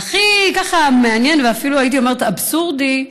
והכי מעניין, והייתי אפילו אומרת אבסורדי,